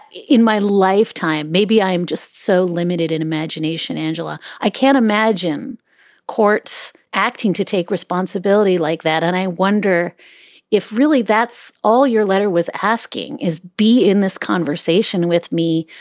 in my lifetime, maybe i'm just so limited in imagination, angela. i can't imagine courts acting to take responsibility like that. and i wonder if really that's all your letter was asking is b in this conversation with me.